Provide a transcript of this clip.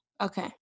Okay